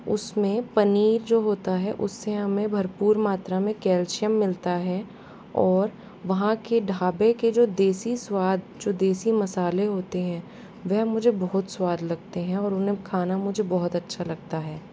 उस में पनीर जो होता है उस से हमें भरपूर मात्रा में कैल्शियम मिलता है और वहाँ के ढाबे के जो देसी स्वाद जो देसी मसाले होते हैं वह मुझे बहुत स्वाद लगते हैं और उन्हें खाना मुझे बहुत अच्छा लगता है